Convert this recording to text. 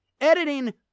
editing